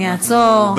אני אעצור,